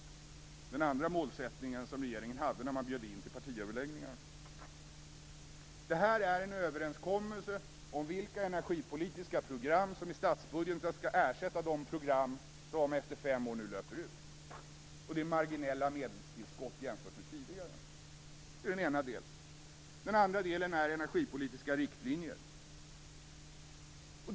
Det var ju den andra målsättning som regeringen hade när man bjöd in till partiöverläggningar. Det vi skall behandla i dag är för det första en överenskommelse om vilka energipolitiska program som i statsbudgeten skall ersätta de program som nu, efter fem år, löper ut. Det är marginella medelstillskott jämfört med tidigare. Den andra delen består av energipolitiska riktlinjer.